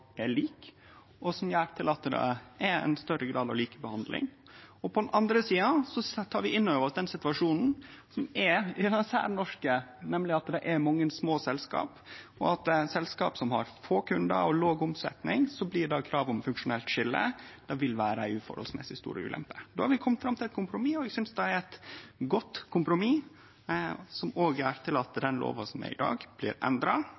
likebehandling. På den andre sida tek vi inn over oss den situasjonen som er særnorsk, nemleg at det er mange små selskap, og at i selskap som har få kundar og låg omsetning, blir det eit krav om funksjonelt skilje. Det vil vere ei uforholdsmessig stor ulempe. Då har vi kome fram til eit kompromiss, og eg synest det er eit godt kompromiss, som også gjer at den lova som gjeld i dag, blir endra,